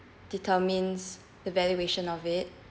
determines the valuation of it